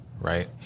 right